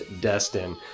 Destin